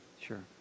sure